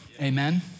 Amen